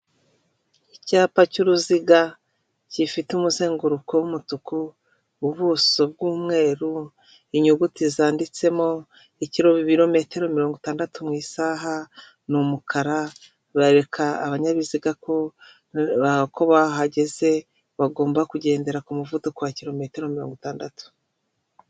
Icyapa cy'uruziga gifite umuzenguruko w'umutuku ubuso bw'umweru, inyuguti zanditsemo, ikirorometero mirongo itandatu mu isaha, ni umukara bereka abaninyabiziga bahageze bagomba kugendera ku muvuduko wa kirometero mirongo itandatu.